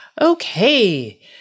Okay